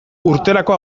urterako